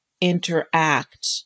interact